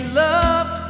love